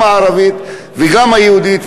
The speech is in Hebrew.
גם הערבית וגם היהודית,